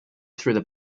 through